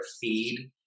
feed